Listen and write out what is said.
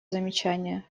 замечания